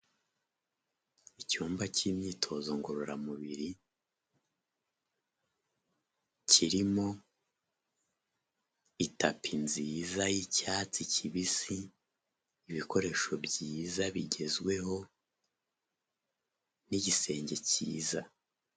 Icyumba cy'imyitozo ngororamubiri kirimo itapi nziza y'icyatsi kibisi ibikoresho byiza bigezweho n'igisenge cyiza.